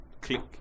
click